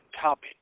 topic